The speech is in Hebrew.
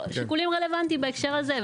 שהם שיקולים רלוונטיים בהקשר הזה.